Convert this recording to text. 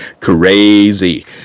crazy